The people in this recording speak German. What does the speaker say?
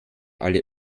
alle